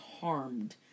harmed